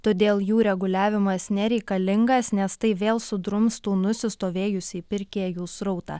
todėl jų reguliavimas nereikalingas nes tai vėl sudrumstų nusistovėjusį pirkėjų srautą